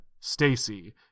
Stacy